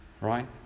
Right